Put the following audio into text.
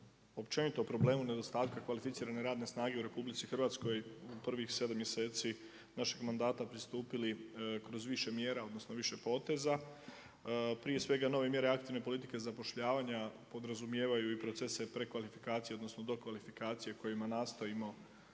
općenito u problemu u nedostatka kvalificirane radne snage u RH u prvih 7 mjeseci našeg mandata pristupili kroz više mjera, odnosno više poteza. Prije svega nove mjere aktivne politike zapošljavanja podrazumijevaju i procese prekvalifikacije, odnosno, dokvalifikacije, kojima nastojimo